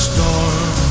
storm